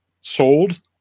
sold